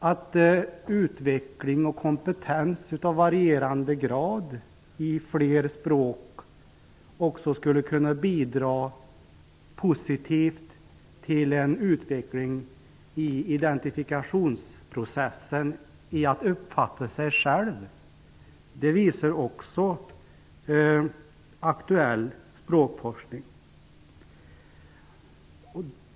Att utveckling och kompetens av varierande grad i flera språk också på ett positivt sätt skulle kunna bidra till en utveckling i identifikationsprocessen när det gäller detta med att uppfatta sig själv visar också aktuell språkforskning.